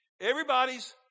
everybody's